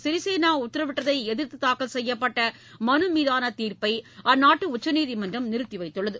சிறிசேனா உத்தரவிட்டதை எதிர்த்து தாக்கல் செய்யப்பட்ட மனுமீதான தீர்ப்பை அந்நாட்டு உச்சநீதிமன்றம் நிறுத்தி வைத்துள்ளது